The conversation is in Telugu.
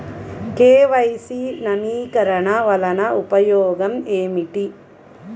కే.వై.సి నవీకరణ వలన ఉపయోగం ఏమిటీ?